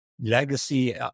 legacy